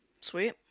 Sweet